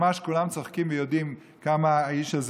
ממש כולם צוחקים ויודעים כמה האיש הזה